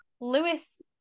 Lewis